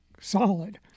solid